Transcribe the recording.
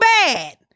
bad